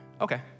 Okay